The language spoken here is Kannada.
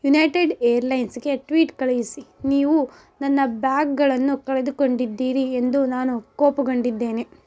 ಯುನೈಟೆಡ್ ಏರ್ಲೈನ್ಸ್ಗೆ ಟ್ವೀಟ್ ಕಳುಹಿಸಿ ನೀವು ನನ್ನ ಬ್ಯಾಗ್ಗಳನ್ನು ಕಳೆದುಕೊಂಡಿದ್ದೀರಿ ಎಂದು ನಾನು ಕೋಪಗೊಂಡಿದ್ದೇನೆ